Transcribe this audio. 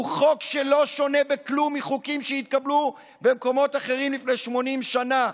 הוא חוק שלא שונה בכלום מחוקים שהתקבלו במקומות אחרים לפני 80 שנה,